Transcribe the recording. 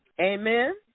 Amen